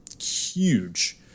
huge